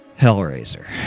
Hellraiser